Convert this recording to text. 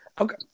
Okay